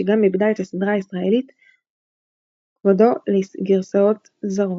שגם עיבדה את הסדרה הישראלית 'כבודו' לגרסאות זרות,